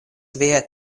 via